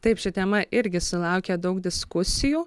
taip ši tema irgi sulaukia daug diskusijų